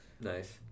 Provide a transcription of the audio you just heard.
Nice